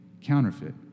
counterfeit